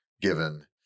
given